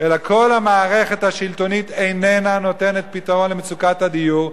אלא כל המערכת השלטונית איננה נותנת פתרון למצוקת הדיור.